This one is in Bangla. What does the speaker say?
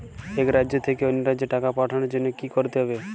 এক রাজ্য থেকে অন্য রাজ্যে টাকা পাঠানোর জন্য কী করতে হবে?